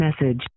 message